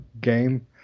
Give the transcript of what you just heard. game